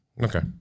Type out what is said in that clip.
Okay